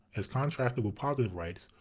as contrasted with positive rights,